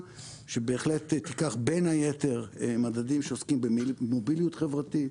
שבהחלט תיקח בין היתר מדדים שעוסקים במוביליות חברתית,